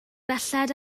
belled